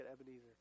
Ebenezer